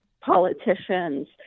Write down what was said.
politicians